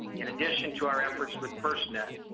in addition to our efforts with firstnet,